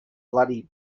bloody